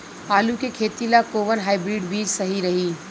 आलू के खेती ला कोवन हाइब्रिड बीज सही रही?